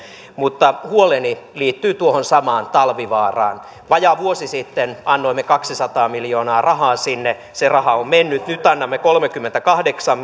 mutta huoleni liittyy tuohon samaan talvivaaraan vajaa vuosi sitten annoimme kaksisataa miljoonaa rahaa sinne se raha on mennyt nyt annamme kolmekymmentäkahdeksan